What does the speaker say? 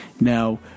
now